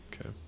Okay